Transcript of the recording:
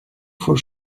for